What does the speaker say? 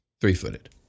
three-footed